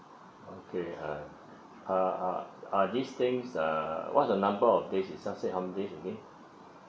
okay uh are are are this thing err what's the number of days itself said how many days again